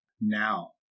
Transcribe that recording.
now